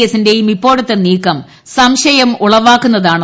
എസിന്റെയും ഇപ്പോഴത്തെ നീക്കം സംശയം ഉളവാക്കുന്നതാണ്